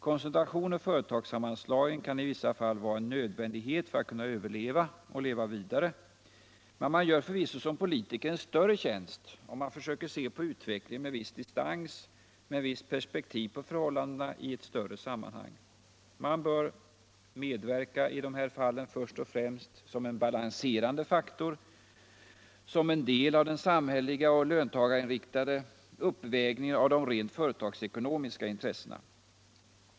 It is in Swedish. Koncentration och företagsammanslagning kan i vissa fall vara en nödvändighet för att kunna överleva och leva vidare, men man gör förvisso som politiker en större tjänst om man försöker se på utvecklingen med viss distans, med visst perspektiv på förhållandena i ett större sammanhang. Man bör medverka i de här fallen först och främst som en balanserande faktor, som en del av den samhälleliga och löntagarinriktade uppvägningen av de rent företagsekonomiska intressena.